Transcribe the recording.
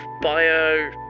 bio